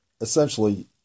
essentially